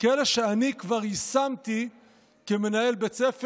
כאלה שאני כבר יישמתי כמנהל בית ספר